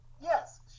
Yes